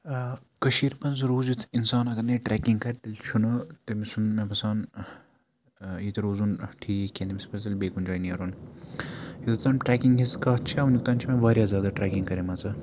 کٔشیٖرِ منٛز روٗزِتھ اِنسان اگر نے ٹرٛیکِنٛگ کَرِ تیٚلہِ چھُنہٕ تٔمۍ سُنٛد مےٚ باسان ییٚتہِ روزُن ٹھیٖک کِہیٖنۍ تٔمِس پَزِ تیٚلہِ بیٚیہِ کُنہِ جایہِ نیرُن یُس زَن ٹرٛیکِنٛگ ہِنٛز کَتھ چھےٚ وٕنیُک تانۍ چھِ مےٚ واریاہ زیادٕ ٹرٛیکِنٛگ کَرِمَژٕ